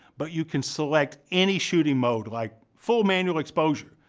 but you can select any shooting mode like full manual exposure,